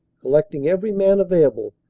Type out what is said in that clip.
collecting every man available,